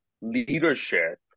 leadership